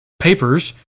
papers